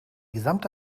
gesamte